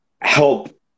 help